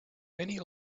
many